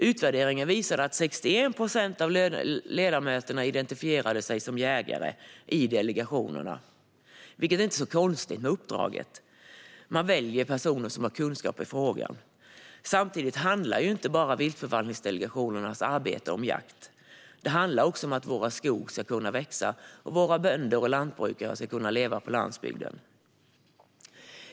Utvärderingen visade att 61 procent av ledamöterna i delegationerna identifierade sig som jägare, vilket inte är så konstigt med tanke på uppdraget. Man väljer personer som har kunskap i frågan. Samtidigt handlar viltförvaltningsdelegationernas arbete inte bara om jakt, utan det handlar också om att våra skogar ska kunna växa och att våra bönder och lantbrukare ska kunna leva på landsbygden.